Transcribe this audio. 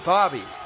Bobby